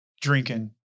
drinking